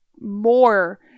more